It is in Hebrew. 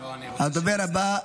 תודה רבה,